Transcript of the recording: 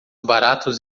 baratos